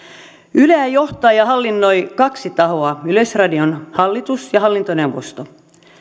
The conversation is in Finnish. yleä johtaa ja hallinnoi kaksi tahoa yleisradion hallitus ja hallintoneuvosto